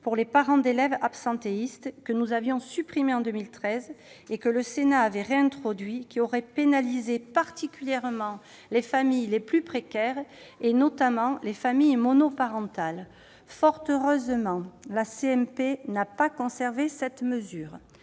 pour les parents d'élèves absentéistes, que nous avions supprimée en 2013 et que le Sénat a réintroduite. Cette mesure aurait pénalisé particulièrement les familles les plus précaires, notamment les familles monoparentales. Fort heureusement, la CMP ne l'a pas conservée.